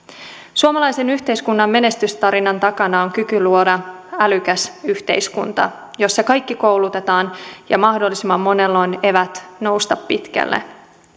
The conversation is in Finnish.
suomalaisen yhteiskunnan menestystarinan takana on kyky luoda älykäs yhteiskunta jossa kaikki koulutetaan ja mahdollisimman monella on eväät nousta pitkälle